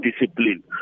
discipline